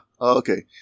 Okay